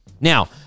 Now